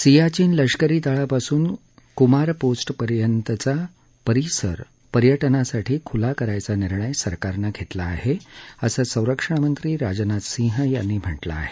सियाचिन लष्करी तळापासून कुमार पोस्ट पर्यंतचा परिसर पर्यटनासाठी खुला करण्याचा निर्णय सरकारनं घेतला आहे असं संरक्षणमंत्री राजनाथ सिंह यांनी म्हटलं आहे